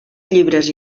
llibres